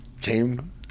came